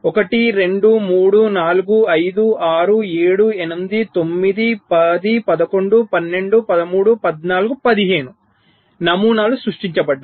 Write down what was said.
1 2 3 4 5 6 7 8 9 10 11 12 13 14 15 నమూనాలు సృష్టించబడ్డాయి